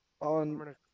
on